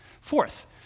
Fourth